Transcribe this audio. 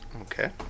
Okay